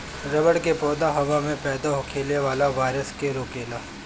रबड़ के पौधा हवा में पैदा होखे वाला वायरस के रोकेला